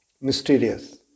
mysterious